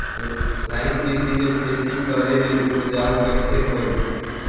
Line बिधी ले खेती करेले उपजाऊ कइसे होयल?